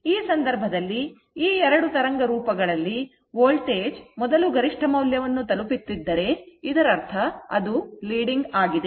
ಈ ಸಂದರ್ಭದಲ್ಲಿ ಈ ಎರಡು ತರಂಗ ರೂಪ ಗಳಲ್ಲಿ ವೋಲ್ಟೇಜ್ ಮೊದಲು ಗರಿಷ್ಠ ಮೌಲ್ಯವನ್ನು ತಲುಪುತ್ತಿದ್ದರೆ ಇದರರ್ಥ ಅದು leading ಆಗಿದೆ